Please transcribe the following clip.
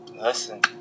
listen